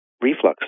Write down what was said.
reflux